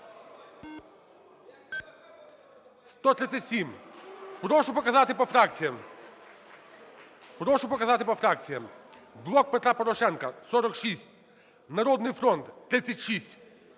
Прошу показати по фракціям. "Блок Петра Порошенка" – 46, "Народний фронт" –